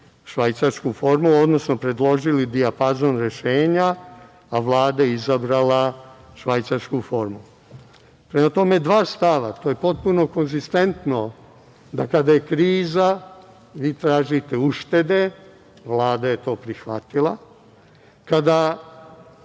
Švajcarsku formulu, odnosno predložili dijapazon rešenja, a Vlada izabrala Švajcarsku formulu. Prema tome, dva stava. To je potpuno konzistentno da kada je kriza, vi tražite uštede. Vlada je to prihvatila. Kada